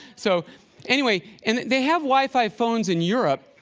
so anyway, and they have wi-fi phones in europe.